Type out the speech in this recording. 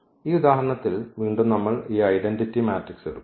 ഈ ഉദാഹരണത്തിൽ വീണ്ടും നമ്മൾ ഈ ഐഡന്റിറ്റി മാട്രിക്സ് എടുക്കും